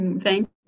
Thank